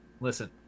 Listen